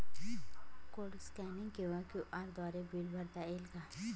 Code scanning किंवा QR द्वारे bill भरता येते का?